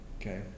Okay